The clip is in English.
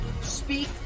speak